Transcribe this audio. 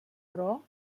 però